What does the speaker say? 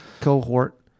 cohort